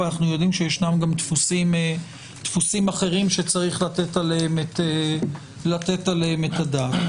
ואנחנו יודעים שישנם גם דפוסים אחרים שצריך לתת עליהם את הדעת.